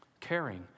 Caring